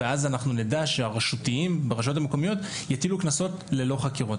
ואז אנחנו נדע שהרשותיים ברשויות המקומיות יטילו קנסות ללא חקירות,